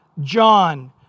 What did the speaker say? John